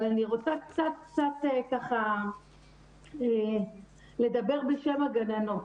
אבל אני רוצה קצת קצת ככה לדבר בשם הגננות.